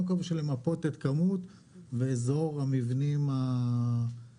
קודם כול בשביל למפות את כמות ואזור המבנים שחשודים,